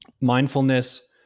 mindfulness